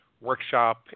workshop